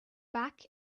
back